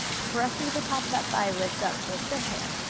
press into the top of that thigh. lift up just a hair.